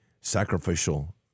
sacrificial